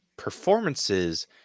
performances